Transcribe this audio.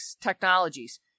Technologies